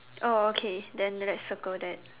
oh okay then let's circle that